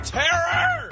terror